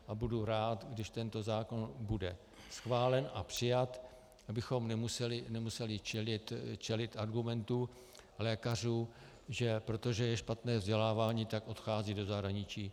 A budu rád, když tento zákon bude schválen a přijat, abychom nemuseli čelit argumentu lékařů, že protože je špatné vzdělávání, tak odcházejí do zahraničí.